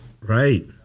Right